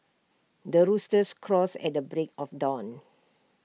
the rooster crows at the break of dawn